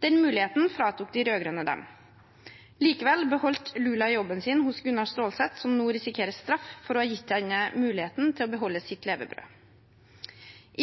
Den muligheten fratok de rød-grønne dem. Likevel beholdt Lula jobben sin hos Gunnar Stålsett, som nå risikerer straff for å ha gitt henne muligheten til å beholde sitt levebrød.